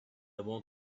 want